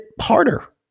harder